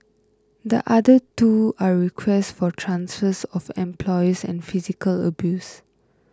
the other two are requests for transfers of employers and physical abuse